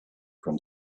from